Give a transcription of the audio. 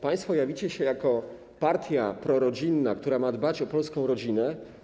Państwo jawicie się jako partia prorodzinna, która ma dbać o polską rodzinę.